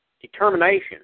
Determination